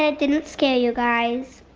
ah didn't scare you guys.